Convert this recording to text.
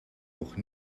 noch